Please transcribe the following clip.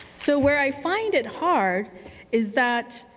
so, where i find it hard is that